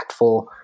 impactful